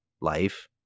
life